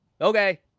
Okay